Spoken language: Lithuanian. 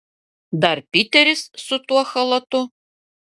dar piteris su tuo chalatu